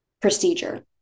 procedure